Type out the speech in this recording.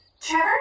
Trevor